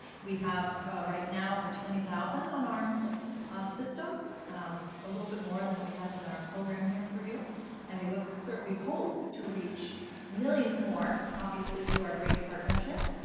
we have right now over twenty thousand on our system a little bit more than what we have in our program here for you and we look so we hope to reach millions more obviously to our great partnerships.